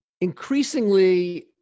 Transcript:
Increasingly